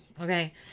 okay